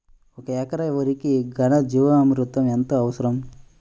ఒక ఎకరా వరికి ఘన జీవామృతం ఎంత అవసరం?